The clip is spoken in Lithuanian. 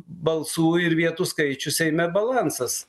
balsų ir vietų skaičius seime balansas